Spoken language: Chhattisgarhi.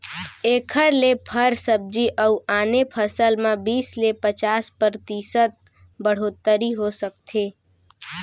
एखर ले फर, सब्जी अउ आने फसल म बीस ले पचास परतिसत बड़होत्तरी हो सकथे